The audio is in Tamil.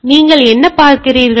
எனவே நீங்கள் என்ன பார்க்கிறீர்கள்